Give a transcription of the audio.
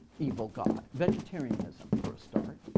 evil god. vegetarianism, for a start,